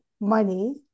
money